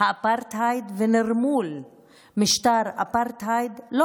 האפרטהייד ונרמול משטר אפרטהייד לא